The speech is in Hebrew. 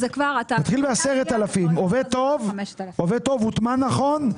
אם זה עובד טוב, הוטמע נכון,